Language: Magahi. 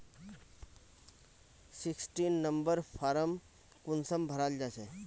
सिक्सटीन नंबर फारम कुंसम भराल जाछे?